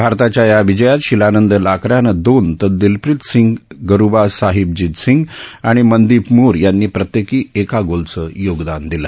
भारताच्या या विजयात शिलानंद लाक्रानं दोन तर दिलप्रित सिंग गरुसाहिबजीत सिंग आणि मनदीप मोर यांनी प्रत्येकी एका गोलचं योगदान दिलं